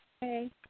hey